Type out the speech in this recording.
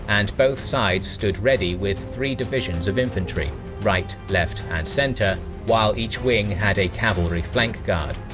and both sides stood ready with three divisions of infantry right, left and centre while each wing had a cavalry flank guard.